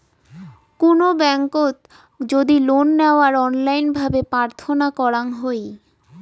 কুনো ব্যাংকোত যদি লোন নেওয়ার অনলাইন ভাবে প্রার্থনা করাঙ হই